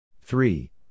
three